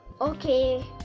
okay